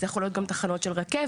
זה יכול להיות גם תחנות של רכבת,